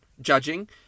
judging